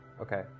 Okay